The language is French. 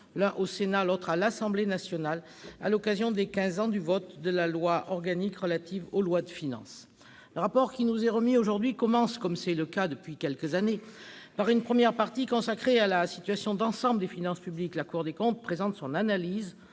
l'un au Sénat, l'autre à l'Assemblée nationale, à l'occasion des quinze ans du vote de la loi organique relative aux lois de finances. Le rapport qui nous est remis aujourd'hui commence, comme c'est le cas depuis quelques années, par une première partie consacrée à la situation d'ensemble des finances publiques. La Cour des comptes présente son analyse